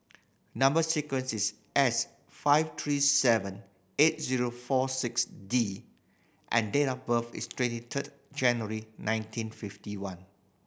number sequence is S five three seven eight zero four six D and date of birth is twenty third January nineteen fifty one